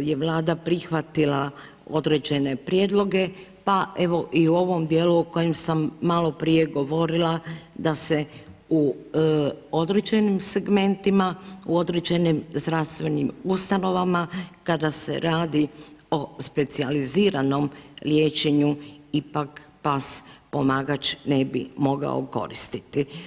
je Vlada prihvatila određene prijedloge pa evo i u ovom dijelu o kojem sam maloprije govorila da se u određenim segmentima, u određenim zdravstvenim ustanovama kada se radi o specijaliziranom liječenju ipak pas pomagač ne bi mogao koristiti.